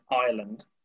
Ireland